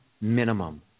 minimum